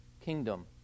kingdom